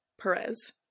Perez